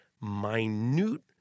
minute